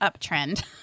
uptrend